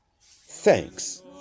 Thanks